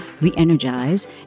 re-energize